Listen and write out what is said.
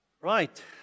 Right